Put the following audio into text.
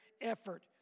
effort